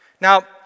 Now